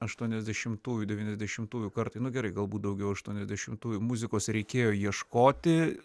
aštuoniasdešimtųjų devyniasdešimtųjų kartai nu gerai galbūt daugiau aštuoniasdešimtųjų muzikos reikėjo ieškoti